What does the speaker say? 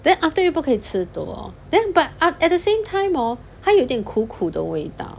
then after 又不可以吃多 then but ah at the same time hor 他有一点苦苦的味道